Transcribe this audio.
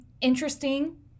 interesting